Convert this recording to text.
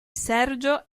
sergio